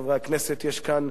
יש כאן ניסיון,